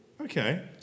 Okay